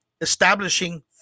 establishing